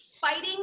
fighting